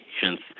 patients